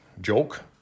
Joke